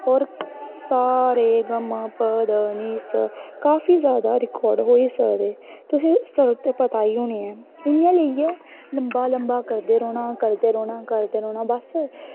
होर सा रे गा मा पा दा नीं सा काफी जैदा रिकार्ड होए दे सारे ते फिर सुर ते पता ई होने ऐ इ'यां लेइयै लम्बा लम्बा करदे रौह्ना करदे रौह्ना बस